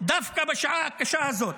דווקא בשעה הקשה הזאת,